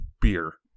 beer